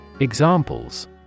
Examples